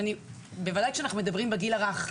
אבל בוודאי כשאנחנו מדברים על הגיל הרך,